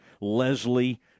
Leslie